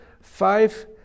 five